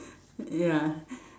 ya